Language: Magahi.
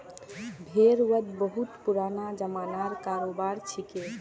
भेड़ वध बहुत पुराना ज़मानार करोबार छिके